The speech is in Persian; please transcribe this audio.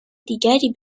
دیگری